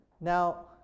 Now